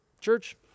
church